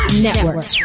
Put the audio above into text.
Network